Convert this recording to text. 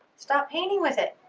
stop painting with it.